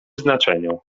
znaczeniu